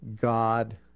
God